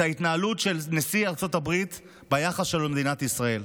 את ההתנהלות של נשיא ארצות הברית ביחס שלו למדינת ישראל.